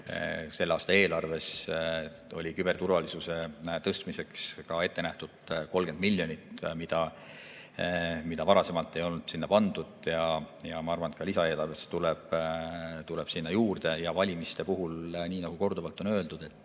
Selle aasta eelarves oli küberturvalisuse tõstmiseks ette nähtud 30 miljonit, mida varasemalt ei olnud sinna pandud. Ma arvan, et ka lisaeelarves tuleb sinna [raha] juurde. Nii nagu korduvalt on öeldud,